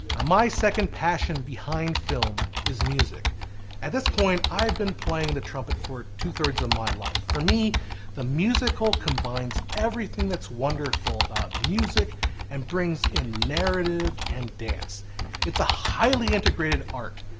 ah my second passion behind film, is music at this point i've been playing the trumpet for two thirds of my life. for me the musical combines everything that's wonderful about music and brings in narrative and dance it's a highly integrated art.